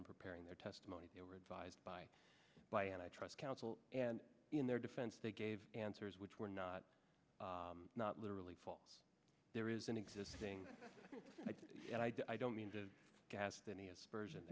and preparing their testimony they were advised by by and i trust counsel and in their defense they gave answers which were not not literally fall there is an existing and i don't mean to cast any aspersion